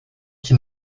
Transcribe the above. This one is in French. qui